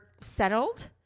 settled